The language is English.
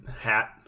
hat